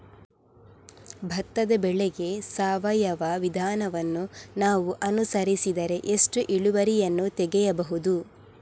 ಭತ್ತದ ಬೆಳೆಗೆ ಸಾವಯವ ವಿಧಾನವನ್ನು ನಾವು ಅನುಸರಿಸಿದರೆ ಎಷ್ಟು ಇಳುವರಿಯನ್ನು ತೆಗೆಯಬಹುದು?